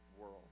world